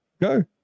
Go